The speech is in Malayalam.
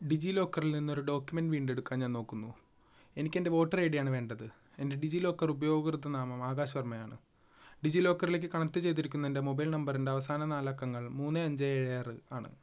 ഡിജിലോക്കറിൽ നിന്ന് ഒരു ഡോക്യുമെൻ്റ് വീണ്ടെടുക്കാൻ ഞാൻ നോക്കുന്നു എനിക്ക് എൻ്റെ വോട്ടർ ഐഡിയാണ് വേണ്ടത് എൻ്റെ ഡിജിലോക്കർ ഉപഭോക്തൃനാമം ആകാശ് വർമ്മയാണ് ഡിജിലോക്കറിലേക്ക് കണക്റ്റ് ചെയ്തിരിക്കുന്ന എൻ്റെ മൊബൈൽ നമ്പറിൻ്റെ അവസാന നാല് അക്കങ്ങൾ മുന്ന് അഞ്ച് ഏഴ് ആറ് ആണ്